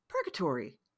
purgatory